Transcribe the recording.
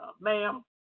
ma'am